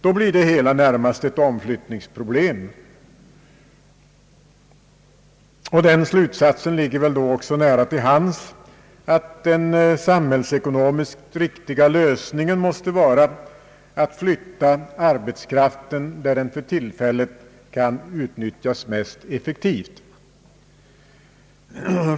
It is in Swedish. Då blir det hela närmast ett omflyttningsproblem. Den slutsatsen ligger väl då också nära till hands att den samhällsekonomiskt riktiga lösningen måste vara att flytta arbetskraften dit där den för tillfället kan utnyttjas mest effektivt.